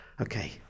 okay